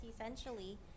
essentially